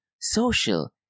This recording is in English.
social